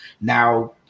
now –